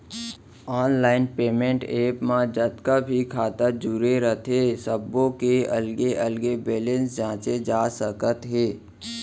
online payment app म जतका भी खाता जुरे रथे सब्बो के अलगे अलगे बेलेंस जांचे जा सकत हे